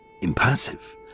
Impassive